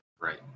Right